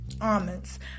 almonds